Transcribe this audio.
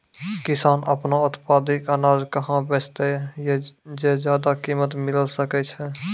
किसान आपनो उत्पादित अनाज कहाँ बेचतै जे ज्यादा कीमत मिलैल सकै छै?